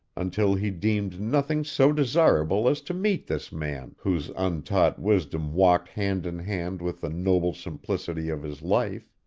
until he deemed nothing so desirable as to meet this man, whose untaught wisdom walked hand in hand with the noble simplicity of his life.